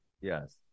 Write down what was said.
Yes